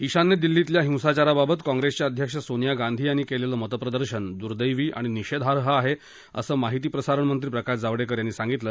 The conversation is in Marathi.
ईशान्य दिल्लीतल्या हिंसाचाराबाबत काँग्रेसच्या अध्यक्ष सोनिया गांधी यांनी केलेलं मतप्रदर्शन दुर्दैवी आणि निषेधार्ह आहे असं माहिती प्रसारण मंत्री प्रकाश जावडेकर यांनी सांगितलं